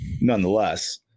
nonetheless